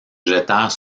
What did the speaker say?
jetèrent